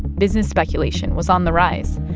business speculation was on the rise.